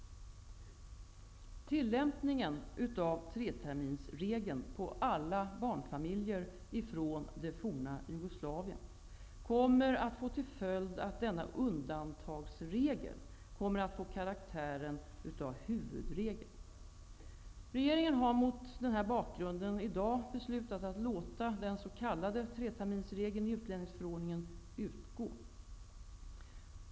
Tillämpningen av treterminsregeln på alla barnfamiljer från det forna Jugoslavien kommer att få till följd att denna undantagsregel kommer att få karaktären av huvudregel. Regeringen har mot denna bakgrund i dag beslutat att låta den s.k. treterminsregeln i utlänningsförordningen utgå.